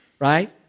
right